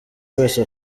wese